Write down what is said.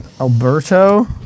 Alberto